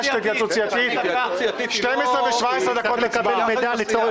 12:17 דקות ההצבעה.